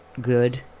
good